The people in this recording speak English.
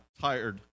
tired